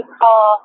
call